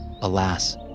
Alas